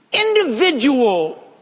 individual